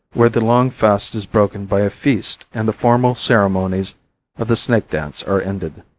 where the long fast is broken by a feast and the formal ceremonies of the snake dance are ended.